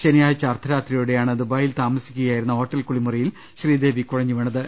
ശനിയാഴ്ച അർധരാത്രിയോടെയാണ് ദുബായിൽ താമസിക്കുകയായിരുന്ന ഹോട്ടൽ കുളിമുറിയിൽ ശ്രീദേവി കുഴഞ്ഞുവീണത്